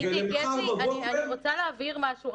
איציק, אני רוצה להבהיר משהו.